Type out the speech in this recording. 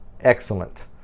excellent